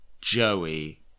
joey